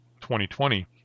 2020